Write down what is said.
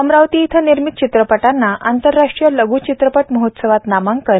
अमरावती इथं निर्मित चित्रपटांना आंतरराष्ट्रीय लघू चित्रपट महोत्सवात नामांकन